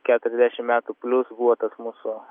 keturiasdešim metų plius buvo tas mūsų